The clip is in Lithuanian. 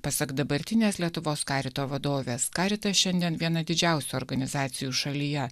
pasak dabartinės lietuvos karito vadovės karita šiandien viena didžiausių organizacijų šalyje